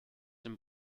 dem